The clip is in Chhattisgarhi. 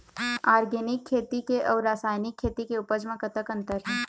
ऑर्गेनिक खेती के अउ रासायनिक खेती के उपज म कतक अंतर हे?